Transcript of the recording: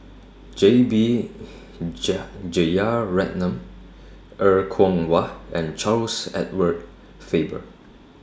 J B Jeyaretnam Er Kwong Wah and Charles Edward Faber